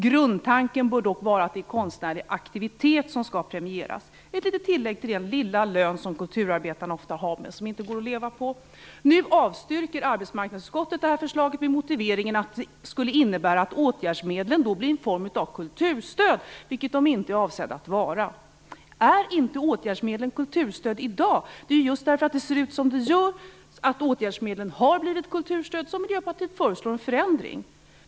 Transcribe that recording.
Grundtanken bör dock vara att det är konstnärlig aktivitet som skall premieras - ett litet tillägg till den lilla lön som kulturarbetarna ofta har men som inte går att leva på. Nu avstyrker arbetsmarknadsutskottet det här förslaget med motiveringen att det skulle innebära att åtgärdsmedlen då blev en form av kulturstöd, vilket de inte är avsedda att vara. Är inte åtgärdsmedlen kulturstöd i dag? Det ju just för att det ser ut som det gör, för att åtgärdsmedlen har blivit kulturstöd, som Miljöpartiet föreslår en förändring.